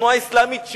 התנועה האסלאמית,